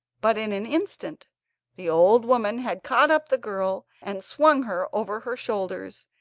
but in an instant the old woman had caught up the girl and swung her over her shoulders,